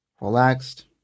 relaxed